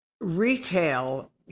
retail